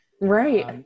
Right